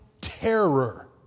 terror